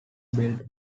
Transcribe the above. build